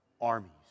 armies